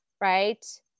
right